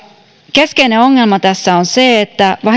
keskeinen ongelma tässä on se että